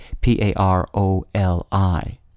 p-a-r-o-l-i